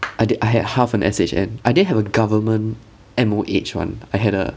I did I had half a message and I didn't have a government M_O_H [one] I had a